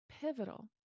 pivotal